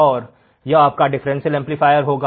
और यह आपका डिफरेंशियल एम्पलीफायर होगा